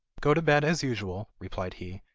go to bed as usual replied he,